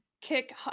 kick